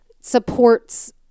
supports